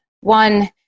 One